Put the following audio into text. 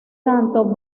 tanto